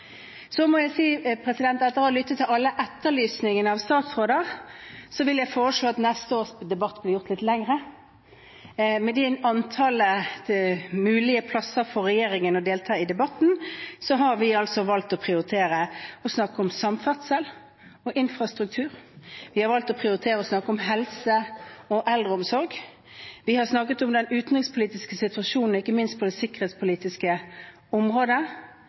Etter å ha lyttet til alle etterlysningene av statsråder vil jeg foreslå at neste års debatt blir gjort litt lengre. Med antallet mulige plasser for regjeringen til å delta i debatten har vi valgt å prioritere å snakke om samferdsel og infrastruktur, vi har valgt å prioritere å snakke om helse og eldreomsorg, vi har snakket om den utenrikspolitiske situasjonen – ikke minst på det sikkerhetspolitiske området